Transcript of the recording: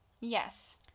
Yes